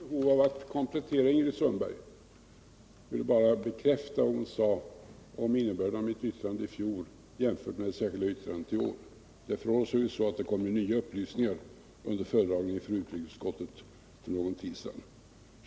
Herr talman! Jag har inget behov av att komplettera Ingrid Sundberg. Jag vill bara bekräfta vad hon sade om innebörden av mitt yttrande i fjol jämfört med det särskilda yttrandet i år. Det kom nya upplysningar under föredragningen inför utrikesutskottet för någon tid sedan.